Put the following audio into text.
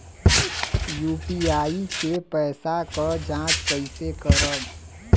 UPI के पैसा क जांच कइसे करब?